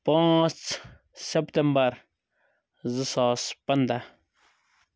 پانٛژ سیٚپتیٚمبَر زٕ ساس پَنٛداہ